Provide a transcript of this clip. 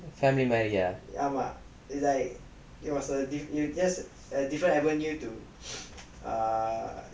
family மாறியா:maariyaa